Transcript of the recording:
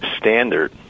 standard